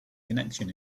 connection